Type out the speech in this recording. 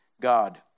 God